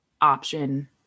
option